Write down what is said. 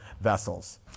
vessels